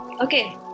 okay